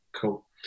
cool